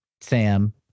Sam